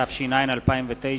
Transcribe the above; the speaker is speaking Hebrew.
התש"ע 2009,